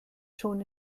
schon